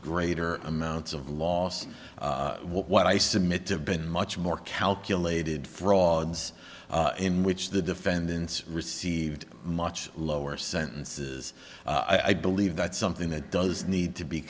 greater amounts of loss what i submit to been much more calculated frauds in which the defendants received much lower sentences i believe that's something that does need to be